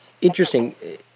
Interesting